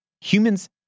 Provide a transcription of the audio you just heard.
Humans